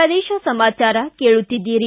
ಪ್ರದೇಶ ಸಮಾಚಾರ ಕೇಳುತ್ತಿದ್ದೀರಿ